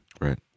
Right